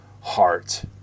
heart